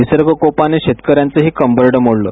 निसर्गकोपानं शेतकऱ्यांचंही कंबरडं मोडलं